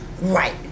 Right